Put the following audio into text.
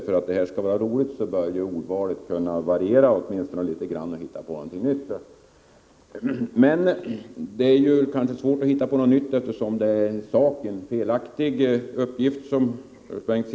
För att det skall bli roligt bör man alltså variera ordvalet litet grand och hitta på något nytt. Det är kanske ändå svårt för Bengt Silfverstrand att hitta på något nytt, eftersom han i sakfrågan gav en felaktig uppgift.